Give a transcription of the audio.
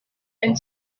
and